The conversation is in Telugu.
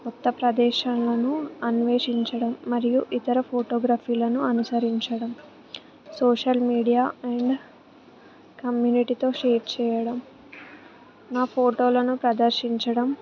కొత్త ప్రదేశాలను అన్వేషించడం మరియు ఇతర ఫోటోగ్రఫీలను అనుసరించడం సోషల్ మీడియా అండ్ కమ్యూనిటీతో షేర్ చేయడం నా ఫోటోలను ప్రదర్శించడం